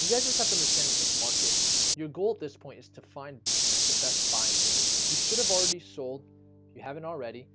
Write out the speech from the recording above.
you guys just have to understand with this market your goal at this point is to find the best buying positions you should have already sold you haven't already